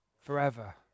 forever